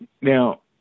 Now